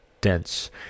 dense